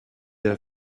her